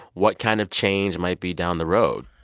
what kind of change might be down the road?